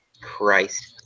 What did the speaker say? Christ